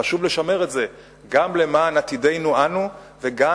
חשוב לשמר את זה גם למען עתידנו אנו וגם